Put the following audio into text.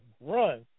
run